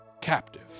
captive